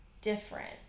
different